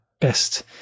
best